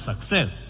success